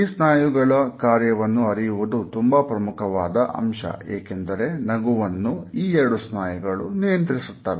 ಈ ಸ್ನಾಯುಗಳ ಕಾರ್ಯವನ್ನು ಅರಿಯುವುದು ತುಂಬಾ ಪ್ರಮುಖವಾದ ಅಂಶ ಏಕೆಂದರೆ ನಗುವನ್ನು ಈ ಎರಡು ಸ್ನಾಯುಗಳು ನಿಯಂತ್ರಿಸುತ್ತವೆ